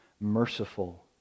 merciful